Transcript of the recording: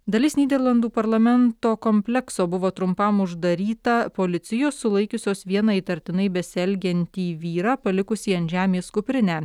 dalis nyderlandų parlamento komplekso buvo trumpam uždaryta policijos sulaikiusios vieną įtartinai besielgiantį vyrą palikusį ant žemės kuprinę